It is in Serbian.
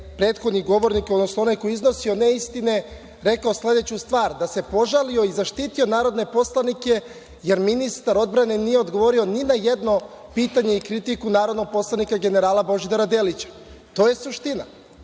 prethodni govornik, odnosno onaj koji je iznosio neistine, rekao sledeću stvar, da se požalio i zaštitio narodne poslanike jer ministar odbrane nije odgovorio ni na jedno pitanje i kritiku narodnog poslanika generala Božidara Delića. To je suština.